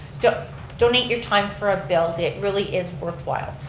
donate donate your time for a build. it really is worthwhile,